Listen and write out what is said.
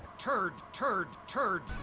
turd, turd, turd.